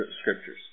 Scriptures